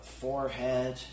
forehead